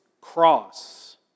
cross